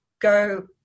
go